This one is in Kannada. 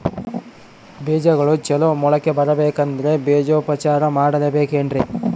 ಬೇಜಗಳು ಚಲೋ ಮೊಳಕೆ ಬರಬೇಕಂದ್ರೆ ಬೇಜೋಪಚಾರ ಮಾಡಲೆಬೇಕೆನ್ರಿ?